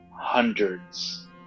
hundreds